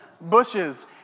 bushes